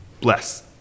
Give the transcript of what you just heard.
Bless